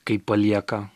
kai palieka